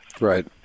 Right